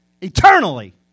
Eternally